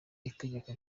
itegeko